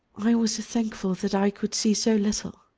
i was thankful that i could see so little.